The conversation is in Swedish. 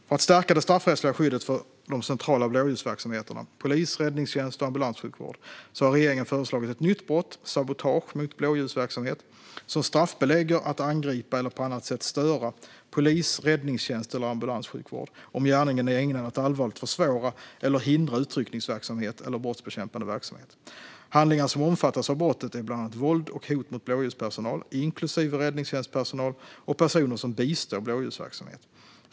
För att stärka det straffrättsliga skyddet för de centrala blåljusverksamheterna - polis, räddningstjänst och ambulanssjukvård - har regeringen föreslagit ett nytt brott - sabotage mot blåljusverksamhet - som straffbelägger att angripa eller på annat sätt störa polis, räddningstjänst eller ambulanssjukvård, om gärningen är ägnad att allvarligt försvåra eller hindra utryckningsverksamhet eller brottsbekämpande verksamhet. Handlingar som omfattas av brottet är bland annat våld och hot mot blåljuspersonal, inklusive räddningstjänstpersonal, och personer som bistår blåljusverksamhet.